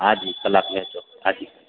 हा जी कलाकु में अचो हा जी